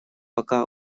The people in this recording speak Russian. пока